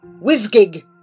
Whiz-gig